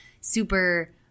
super